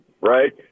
right